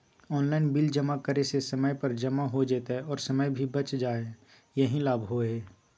Online bill जमा करे से समय पर जमा हो जतई और समय भी बच जाहई यही लाभ होहई?